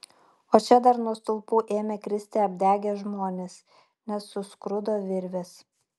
o čia dar nuo stulpų ėmė kristi apdegę žmonės nes suskrudo virvės